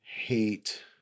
hate